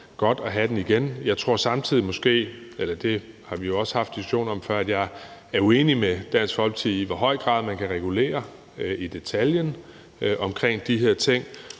det er godt at have den igen. Jeg tror samtidig måske, og det har vi jo også haft diskussioner om før, at jeg er uenig med Dansk Folkeparti i, hvor høj grad man kan regulere i detaljen om de her ting,